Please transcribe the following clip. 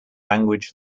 language